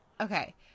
Okay